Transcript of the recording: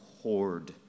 hoard